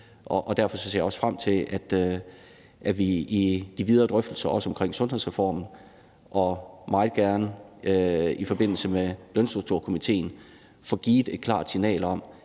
derfor ser jeg også frem til, at vi i de videre drøftelser om sundhedsreformen og meget gerne i forbindelse med Lønstrukturkomitéen får givet et klart signal om,